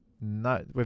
No